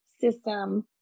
system